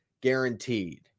guaranteed